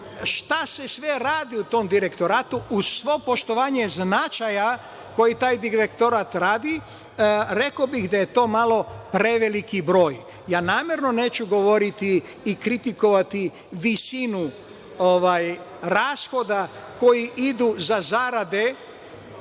šta se sve radi u tom direktoratu, uz svo poštovanje značaja Direktorata, rekao bih da je to malo preveliki broj. Namerno neću govoriti i kritikovati visinu rashoda koji idu za zarade